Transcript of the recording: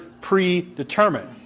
predetermined